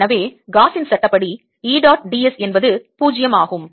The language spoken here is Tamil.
எனவே காஸின் சட்டப்படி E dot ds என்பது 0 ஆகும்